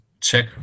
check